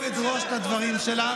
אני מתייחס בכובד ראש לדברים שלך.